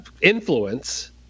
influence